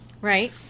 right